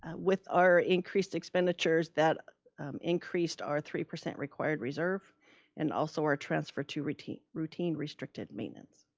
with our increased expenditures that increased our three percent required reserve and also our transfer to routine routine restricted maintenance.